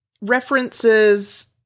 references